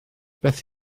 beth